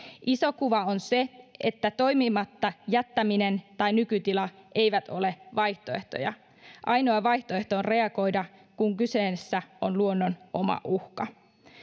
iso kuva on se että toimimatta jättäminen tai nykytila eivät ole vaihtoehtoja ainoa vaihtoehto on reagoida kun kyseessä on luonnon oma uhka